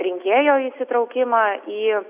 rinkėjo įsitraukimą į